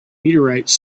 meteorites